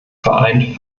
vereint